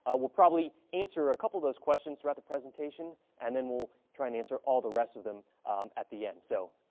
ah we'll probably answer a couple of those questions throughout the presentation and then we'll try and answer all the rest of them at the end. so,